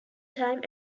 time